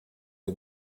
for